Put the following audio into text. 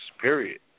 Period